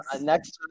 next